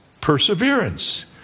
perseverance